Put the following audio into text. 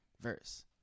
verse